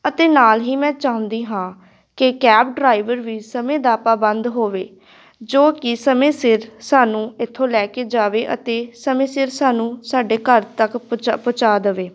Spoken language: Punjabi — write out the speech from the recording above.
ਅਤੇ ਨਾਲ਼ ਹੀ ਮੈਂ ਚਾਹੁੰਦੀ ਹਾਂ ਕਿ ਕੈਬ ਡਰਾਈਵਰ ਵੀ ਸਮੇਂ ਦਾ ਪਾਬੰਦ ਹੋਵੇ ਜੋ ਕਿ ਸਮੇਂ ਸਿਰ ਸਾਨੂੰ ਇੱਥੋਂ ਲੈ ਕੇ ਜਾਵੇ ਅਤੇ ਸਮੇਂ ਸਿਰ ਸਾਨੂੰ ਸਾਡੇ ਘਰ ਤੱਕ ਪਚਾ ਪਹੁੰਚਾ ਦੇਵੇ